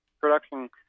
production